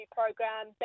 program